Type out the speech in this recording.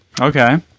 Okay